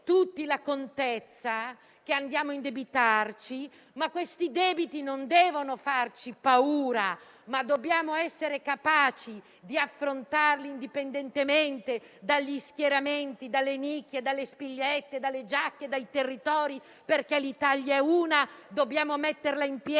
la contezza che andiamo a indebitarci. Ma questi debiti non devono farci paura: dobbiamo essere capaci di affrontarli indipendentemente dagli schieramenti, dalle nicchie, delle spillette, dalle giacche, dai territori, perché l'Italia è una e dobbiamo rimetterla in piedi,